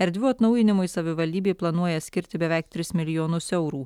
erdvių atnaujinimui savivaldybė planuoja skirti beveik tris milijonus eurų